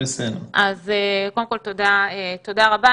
תודה רבה.